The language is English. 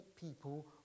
people